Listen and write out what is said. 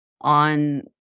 on